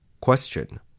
Question